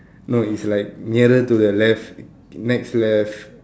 no it's like nearer to the left next left